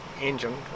engine